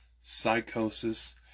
psychosis